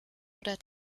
oder